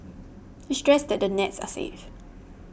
he stressed that the nets are safe